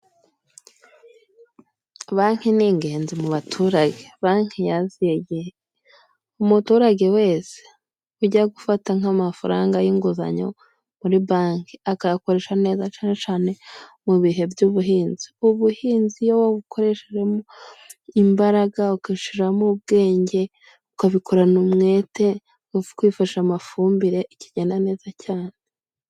Banki ni ingenzi mu baturage, banki yaziye igihe. Umuturage wese ujya gufata nk'amafaranga y'inguzanyo muri banki, akayakoresha neza cyane cyane mu bihe by'ubuhinzi, ubuhinzi iyo wabukoreshejemo imbaraga, ugashimo ubwenge, ukabikorana umwete mu kwifasha amafumbire bikagenda neza cyane.